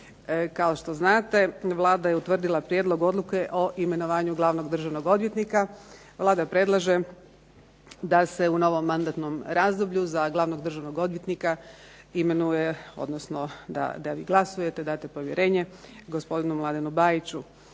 kao što znate Vlada je utvrdila prijedlog odluke o imenovanju glavnog državnog odvjetnika. Vlada predlaže da se u novom mandatnom razdoblju za glavnog državnog odvjetnika imenuje, odnosno da glasujete, date povjerenje gospodinu Mladenu Bajiću.